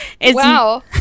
Wow